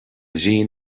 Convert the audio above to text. ghrian